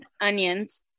onions